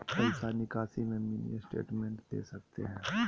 पैसा निकासी में मिनी स्टेटमेंट दे सकते हैं?